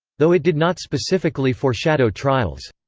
though it did not specifically foreshadow trials.